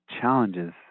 challenges